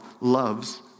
loves